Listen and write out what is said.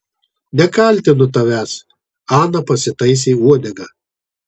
nekaltinu tavęs ana pasitaisė uodegą